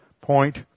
point